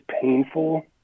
painful